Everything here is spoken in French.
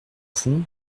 fond